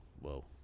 Whoa